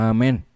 Amen